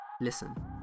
Listen